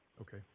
Okay